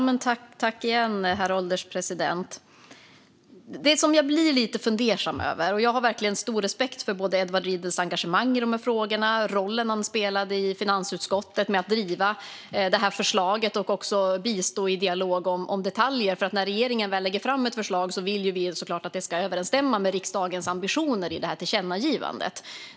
Herr ålderspresident! Jag har verkligen stor respekt för Edward Riedls engagemang i de här frågorna och rollen som han spelade i finansutskottet med att driva det här förslaget och också bistå i dialog om detaljer. När regeringen väl lägger fram ett förslag vill vi ju såklart att det ska överensstämma med riksdagens intentioner i tillkännagivandet.